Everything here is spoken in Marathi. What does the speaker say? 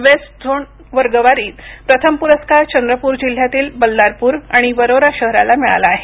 वेस्ट झोन वर्गवारीत प्रथम पुरस्कार चंद्रपूर जिल्ह्यातील बल्लामरपूर आणि वरोरा शहराला मिळाला आहे